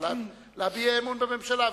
בל"ד להביע אי-אמון בממשלה,